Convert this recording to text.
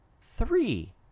three